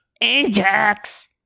Ajax